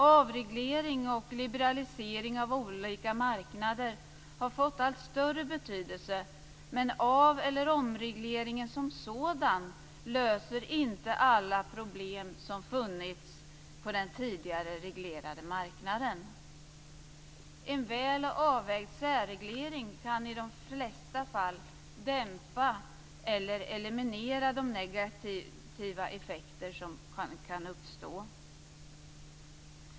Avreglering och liberalisering av olika marknader har fått allt större betydelse, men av eller omregleringen som sådan löser inte alla problem som funnits på den tidigare reglerade marknaden. En väl avvägd särreglering kan i de flesta fall dämpa eller eliminera de negativa effekter som kan uppstå.